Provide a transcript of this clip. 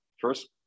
first